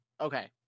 Okay